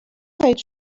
خواهید